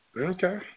Okay